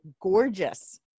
gorgeous